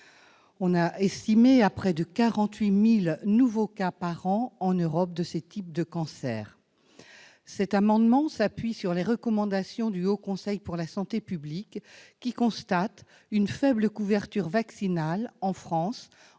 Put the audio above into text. est estimé à près de 48 000 par an en Europe. Les auteurs de cet amendement s'appuient sur les recommandations du Haut Conseil pour la santé publique, qui constate une faible couverture vaccinale en France,